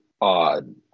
odd